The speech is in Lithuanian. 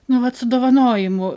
nu vat su dovanojimu